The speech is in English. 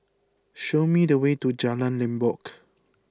show me the way to Jalan Limbok